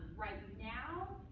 right now,